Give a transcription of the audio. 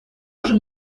можем